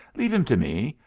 leave him to me.